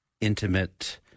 intimate